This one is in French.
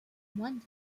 moines